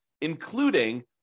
including